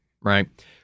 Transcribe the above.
right